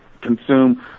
consume